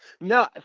No